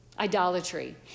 idolatry